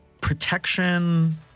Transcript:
protection